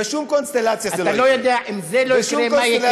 אתה לא יודע, אם זה לא יקרה, מה יקרה.